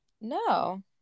No